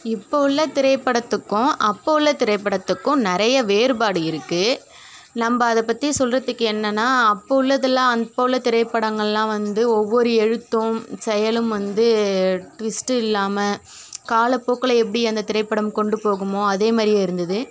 இப்போ உள்ள திரைப்படத்துக்கும் அப்போ உள்ள திரைப்படத்துக்கும் நிறைய வேறுபாடு இருக்குது நம்ம அதை பற்றி சொல்கிறத்துக்கு என்னென்ன அப்போது உள்ளதெலாம் அப்போ உள்ள திரைப்படங்களாம் வந்து ஒவ்வொரு எழுத்தும் செயலும் வந்து ட்விஸ்ட்டில்லாமல் கால போக்கில் எப்படி அந்த திரைப்படம் கொண்டு போகுமோ அதே மாதிரியே இருந்தது